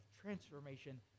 transformation